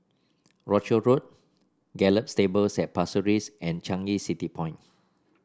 Rochor Road Gallop Stables at Pasir Ris and Changi City Point